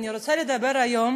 אני רוצה לדבר היום